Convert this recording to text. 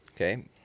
Okay